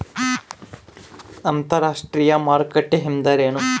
ಅಂತರಾಷ್ಟ್ರೇಯ ಮಾರುಕಟ್ಟೆ ಎಂದರೇನು?